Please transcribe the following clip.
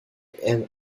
and